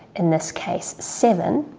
in this case seven,